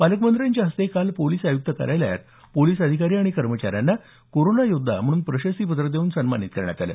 पालकमंत्र्यांच्या हस्ते काल पोलिस आयुक्त कार्यालयात पोलिस अधिकारी व कर्मचाऱ्यांना कोरोना योद्धा म्हणून प्रशस्तीपत्र देऊन सन्मानित करण्यात आलं